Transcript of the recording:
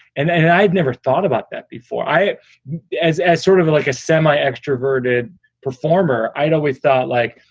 and and i've never thought about that before. i as as sort of like a semi extroverted performer. i always thought, like,